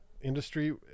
industry